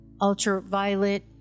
ultraviolet